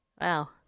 Wow